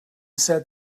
set